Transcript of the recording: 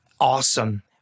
awesome